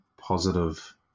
positive